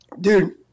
Dude